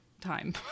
time